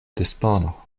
dispono